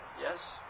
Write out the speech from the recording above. yes